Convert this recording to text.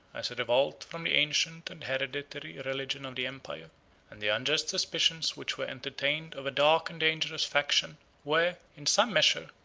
as a revolt from the ancient and hereditary religion of the empire and the unjust suspicions which were entertained of a dark and dangerous faction, were, in some measure,